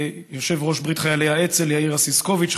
יושב-ראש ברית חיילי האצ"ל יאיר אסיסקוביץ,